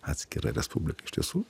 atskira respublika iš tiesų